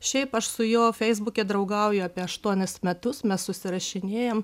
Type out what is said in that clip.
šiaip aš su juo feisbuke draugauju apie aštuonis metus mes susirašinėjam